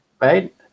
Right